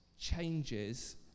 changes